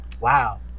Wow